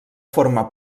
forma